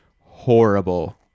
horrible